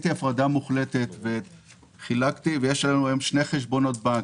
הפרדה מוחלטת והיום יש לנו שני חשבונות בנק,